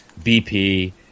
BP